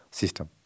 system